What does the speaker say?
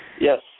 Yes